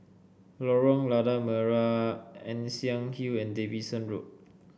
Lorong Lada Merah Ann Siang Hill and Davidson Road